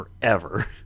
forever